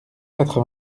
quatre